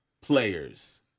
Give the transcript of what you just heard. players